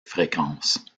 fréquence